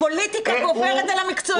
הפוליטיקה גוברת על המקצועיות פה.